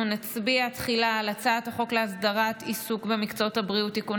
תחילה אנחנו נצביע על הצעת חוק להסדרת עיסוק במקצועות הבריאות (תיקון,